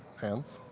hands?